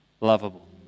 lovable